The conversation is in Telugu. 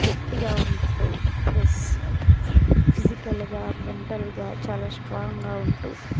గట్టిగా ఉంటూ ప్లస్ ఫిజికల్గా మెంటల్గా చాలా స్ట్రాంగ్గా ఉంటూ